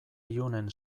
ilunen